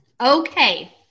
Okay